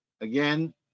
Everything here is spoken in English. Again